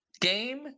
game